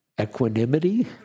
equanimity